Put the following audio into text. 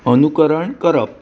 अनुकरण करप